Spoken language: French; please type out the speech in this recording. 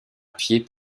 pied